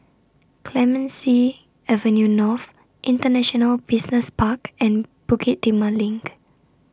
Clemenceau Avenue North International Business Park and Bukit Timah LINK